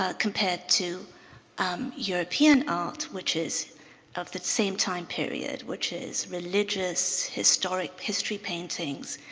ah compared to um european art which is of the same time period, which is religious, historic history paintings.